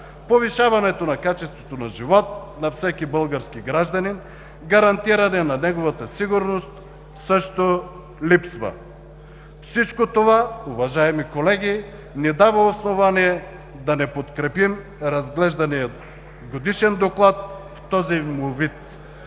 повишаването на качеството на живот на всеки български гражданин, гарантирането на неговата сигурност също липсва. Всичко това, уважаеми колеги, ни дава основание да не подкрепим разглеждания Годишен доклад в този му вид.